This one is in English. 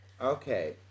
Okay